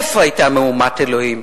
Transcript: איפה היתה מהומת אלוהים?